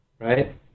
right